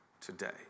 today